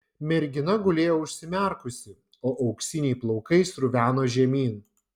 mergina gulėjo užsimerkusi o auksiniai plaukai sruveno žemyn